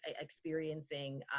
experiencing